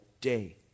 day